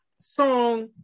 Song